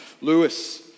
Lewis